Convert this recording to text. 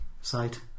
site